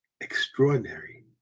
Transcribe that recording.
extraordinary